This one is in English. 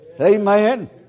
Amen